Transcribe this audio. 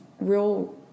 real